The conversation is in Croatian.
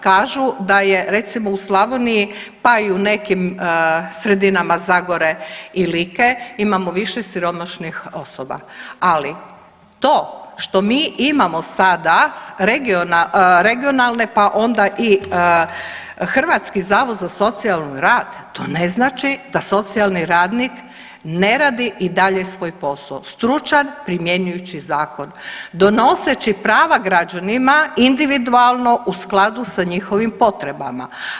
Kažu da je recimo u Slavoniji, pa i u nekim sredinama zagore i Like imamo više siromašnih osoba, ali to što mi imamo sada regionalne, pa onda i Hrvatski zavod za socijalni rad, to ne znači da socijalni radnik ne radi i dalje svoj posao, stručan, primjenjujući zakon, donoseći prava građanima individualno u skladu sa njihovim potrebama.